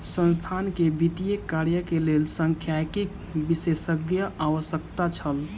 संस्थान के वित्तीय कार्य के लेल सांख्यिकी विशेषज्ञक आवश्यकता छल